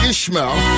Ishmael